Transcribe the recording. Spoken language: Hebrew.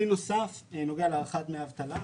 כלי נוסף נוגע להארכת דמי האבטלה.